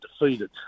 defeated